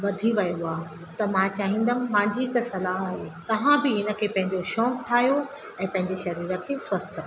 वधी वियो आहे त मां चाहींदमि मुंहिंजी हिकु सलाह आहे तव्हां बि इन खे पंहिंजो शौक़ु ठाहियो ऐं पंहिंजे शरीर खे स्वस्थ रखो